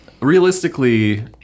realistically